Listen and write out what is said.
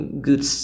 good